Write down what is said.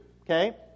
Okay